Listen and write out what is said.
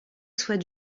soit